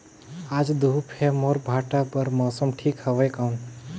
आज धूप हे मोर भांटा बार मौसम ठीक हवय कौन?